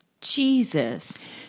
Jesus